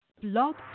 Blog